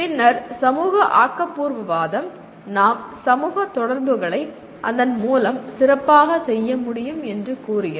பின்னர் சமூக ஆக்கபூர்வவாதம் நாம் சமூக தொடர்புகளை அதன் மூலம் சிறப்பாக செய்ய முடியும் என்று கூறுகிறது